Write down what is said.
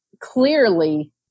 clearly